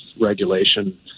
regulation